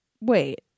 Wait